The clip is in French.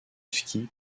ski